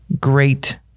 great